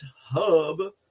Hub